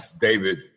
David